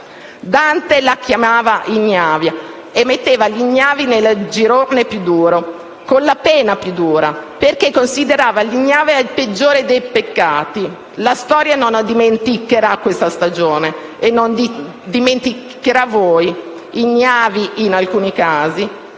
Dante la chiamava "ignavia" e metteva gli ignavi nel girone più duro, con la pena più dura, perché considerava l'ignavia il peggiore dei peccati. La storia non dimenticherà questa stagione e non dimenticherà voi, ignavi in alcuni casi,